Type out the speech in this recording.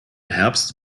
herbst